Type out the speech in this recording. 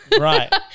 right